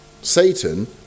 Satan